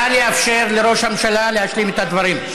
נא לאפשר לראש הממשלה להשלים את הדברים.